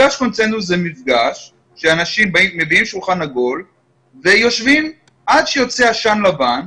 זה מפגש שאנשים מביאים שולחן עגול ויושבים עד שיוצא עשן לבן,